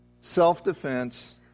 self-defense